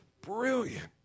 brilliant